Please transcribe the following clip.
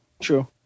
True